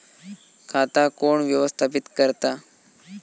खाता कोण व्यवस्थापित करता?